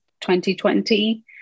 2020